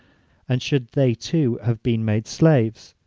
and should they too have been made slaves?